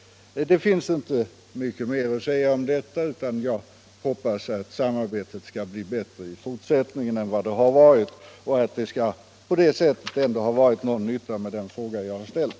Det finns inte mycket mer att säga om detta, utan jag hoppas att samarbetet skall bli bättre i fortsättningen och att det på det sättet ändå skall ha varit någon nytta med den fråga jag har ställt.